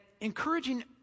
encouraging